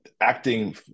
acting